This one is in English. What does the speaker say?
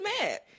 mad